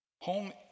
Home